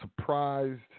surprised